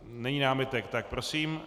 Není námitek, tak prosím.